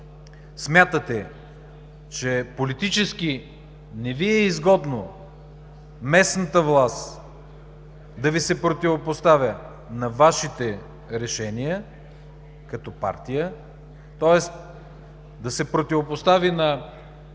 смятате, че политически не Ви е изгодно местната власт да Ви се противопоставя на Вашите решения като партия, тоест да се противопостави на